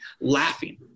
laughing